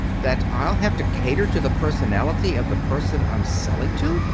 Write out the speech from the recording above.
that i'll have to cater to the personality of the person i'm selling to?